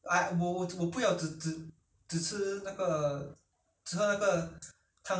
鱼 ya 看你要吃什么就煮什么 lor 你自己决定 lor